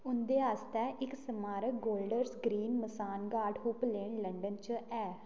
उं'दे आस्तै इक स्मारक गोल्डर्स ग्रीन मसानघाट हूप लेन लंदन च ऐ